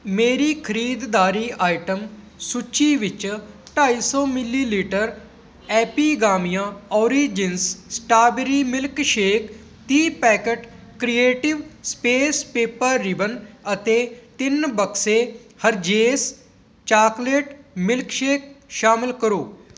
ਮੇਰੀ ਖਰੀਦਦਾਰੀ ਆਈਟਮ ਸੂਚੀ ਵਿੱਚ ਢਾਈ ਸੌ millilitre Epigamia origins strawberry milkshake ਤੀਹ packet creative space paper ribbon ਅਤੇ ਤਿੰਨ ਬਕਸੇ ਹਰਜ਼ੇਸ ਚਾਕਲੇਟ ਮਿਲਕਸ਼ੇਕ ਸ਼ਾਮਲ ਕਰੋ